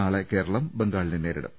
നാളെ കേരളം ബംഗാളിനെ നേരിടും